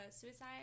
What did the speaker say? suicide